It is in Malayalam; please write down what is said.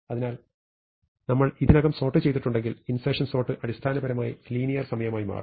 അതിനാൽ നിങ്ങൾ ഇതിനകം സോർട്ട് ചെയ്തിട്ടുണ്ടെങ്കിൽ ഇൻസെർഷൻ സോർട്ട് അടിസ്ഥാനപരമായി ലീനിയർ സമയമായി മാറും